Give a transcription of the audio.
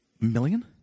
million